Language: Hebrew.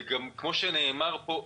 כפי שנאמר פה,